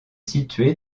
situé